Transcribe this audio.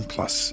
Plus